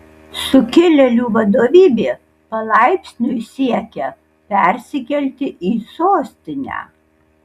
sukilėlių vadovybė palaipsniui siekia persikelti į sostinę